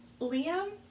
Liam